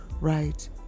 right